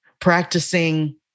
Practicing